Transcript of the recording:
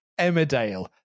Emmerdale